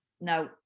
No